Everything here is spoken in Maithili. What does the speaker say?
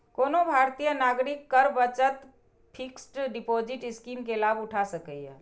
कोनो भारतीय नागरिक कर बचत फिक्स्ड डिपोजिट स्कीम के लाभ उठा सकैए